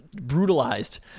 brutalized